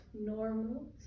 normal